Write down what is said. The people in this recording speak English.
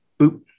Boop